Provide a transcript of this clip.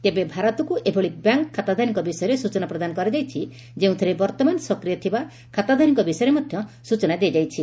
ତେବେ ଭାରତକୁ ଏଭଳି ବ୍ୟାଙ୍କ୍ ଖାତାଧାରୀଙ ବିଷୟରେ ସୂଚନା ପ୍ରଦାନ କରାଯାଇଛି ଯେଉଁଥିରେ ବର୍ଉମାନ ସକ୍ରିୟ ଥିବା ଖାତାଧାରୀଙ୍କ ବିଷୟରେ ମଧ୍ଧ ସୂଚନା ଦିଆଯାଇଛି